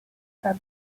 her